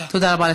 תודה רבה.